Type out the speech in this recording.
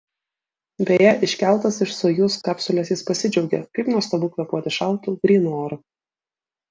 beje iškeltas iš sojuz kapsulės jis pasidžiaugė kaip nuostabu kvėpuoti šaltu grynu oru